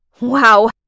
Wow